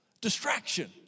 Distraction